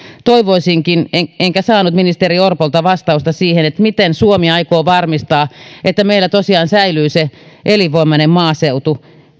toivoisinkin enkä saanut ministeri orpolta vastausta siihen miten suomi aikoo varmistaa sen että meillä tosiaan säilyy elinvoimainen maaseutu